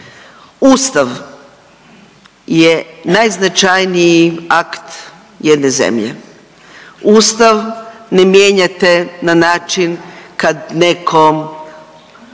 Ustav je najznačajniji akt jedne zemlje, ustav ne mijenjate na način kad neko,